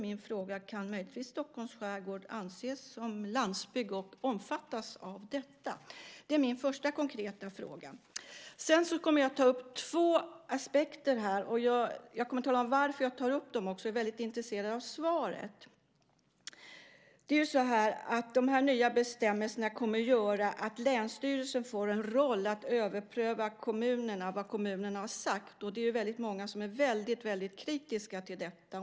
Min fråga är då: Kan möjligtvis Stockholm skärgård anses som landsbygd och omfattas av detta? Det är min första konkreta fråga. Jag kommer att ta upp två aspekter, och jag kommer också att tala om varför jag tar upp dem. Jag är väldigt intresserad av svaret. De nya bestämmelserna kommer att göra att länsstyrelsen får en roll att överpröva vad kommunerna har sagt. Det är väldigt många som är väldigt kritiska till detta.